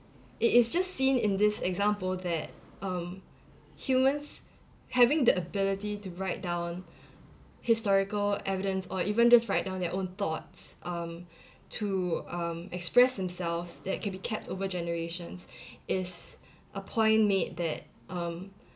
it is just seen in this example that um humans having the ability to write down historical evidence or even just write down their own thoughts um to um express themselves that can be kept over generations is a point made that um